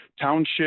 township